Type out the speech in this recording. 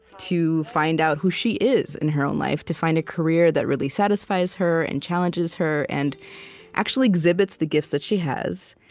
to find out who she is in her own life, to find a career that really satisfies her and challenges her and actually exhibits the gifts that she has.